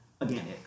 again